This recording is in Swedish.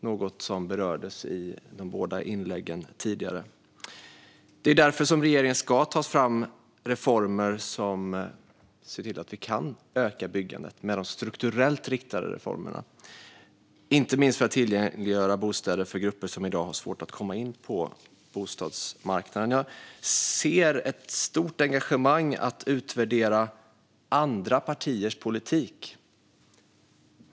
Det berördes i de båda tidigare inläggen. Regeringen ska därför ta fram strukturellt riktade reformer, för att öka byggandet och inte minst för att tillgängliggöra bostäder för grupper som i dag har svårt att komma in på bostadsmarknaden. Jag ser ett stort engagemang för att utvärdera andra partiers politik.